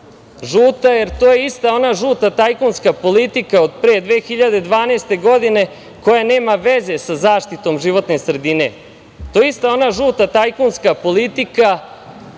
Žuta, jer to je ista ona žuta tajkunska politika od pre 2012. godine, koja nema veze sa zaštitom životne sredine. To je ona ista žuta tajkunska politika,